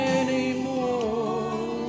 anymore